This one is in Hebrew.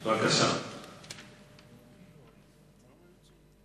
הכנסת ספר תורה.